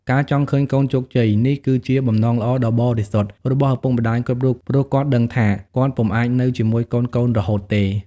ការចង់ឃើញកូនជោគជ័យ នេះគឺជា បំណងល្អដ៏បរិសុទ្ធ របស់ឪពុកម្ដាយគ្រប់រូប ព្រោះគាត់ដឹងថា គាត់ពុំអាចនៅជាមួយកូនៗរហូតទេ។